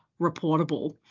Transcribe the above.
reportable